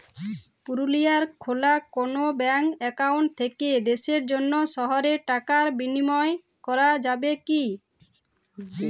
পুরুলিয়ায় খোলা কোনো ব্যাঙ্ক অ্যাকাউন্ট থেকে দেশের অন্য শহরে টাকার বিনিময় করা যাবে কি?